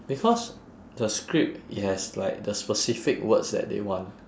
because the script it has like the specific words that they want